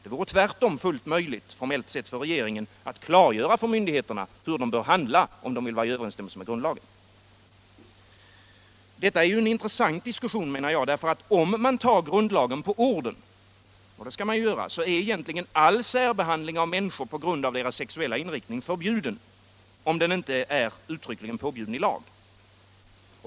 Det vore tvärtom fullt möjligt, formellt sett, för regeringen att klargöra för myndigheterna hur de bör handla om de vill följa grundlagen. Detta är en intressant diskussion, menar jag, för om man tar grundlagen på orden — och det skall man ju göra — så är egentligen all särbehandling av människor på grund av deras sexuella inriktning förbjuden — om den inte är uttryckligen påbjuden i lag.